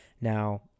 Now